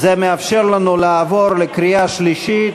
זה מאפשר לנו לעבור לקריאה השלישית.